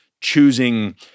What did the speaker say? choosing